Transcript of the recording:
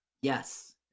Yes